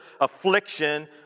affliction